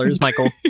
Michael